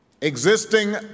Existing